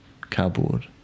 cardboard